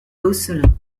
gosselin